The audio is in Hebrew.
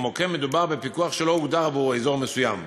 כמו כן, מדובר בפיקוח שלא הוגדר עבור אזור מסוים.